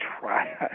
try